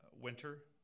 winter